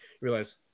realize